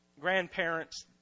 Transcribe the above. grandparents